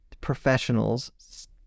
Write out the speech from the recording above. professionals